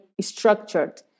structured